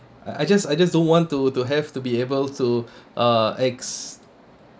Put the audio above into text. I just I just don't want to to have to be able to uh